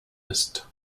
ist